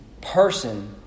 person